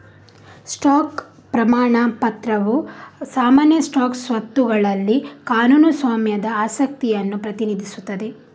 stock ಪ್ರಮಾಣ ಪತ್ರವು ಸಾಮಾನ್ಯ ಸ್ಟಾಕ್ ಸ್ವತ್ತುಗಳಲ್ಲಿ ಕಾನೂನು ಸ್ವಾಮ್ಯದ ಆಸಕ್ತಿಯನ್ನು ಪ್ರತಿನಿಧಿಸುತ್ತದೆ